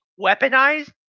weaponized